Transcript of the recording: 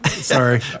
Sorry